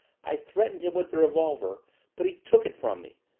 i threatened him with the revolver but he took it from me.